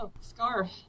Scarf